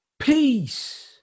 Peace